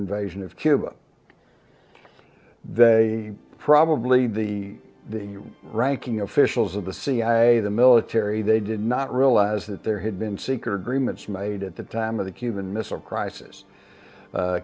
invasion of cuba they probably the ranking officials of the cia the military they did not realize that there had been seeker agreements made at the time of the cuban missile crisis